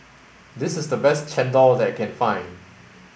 this is the best Chendol that I can find